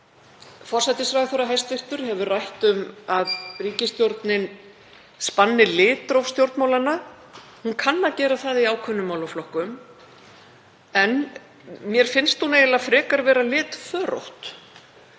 forsætisráðherra hefur rætt um að ríkisstjórnin spanni litróf stjórnmálanna. Hún kann að gera það í ákveðnum málaflokkum en mér finnst hún eiginlega frekar vera litförótt.